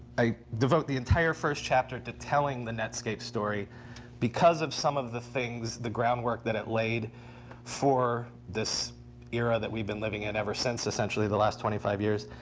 i devote the entire first chapter to telling the netscape story because of some of the things, the groundwork that it laid for this era that we've been living in ever since, essentially, the last twenty five years.